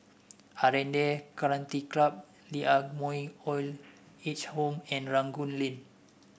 Aranda Country Club Lee Ah Mooi Old Age Home and Rangoon Lane